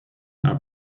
are